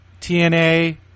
TNA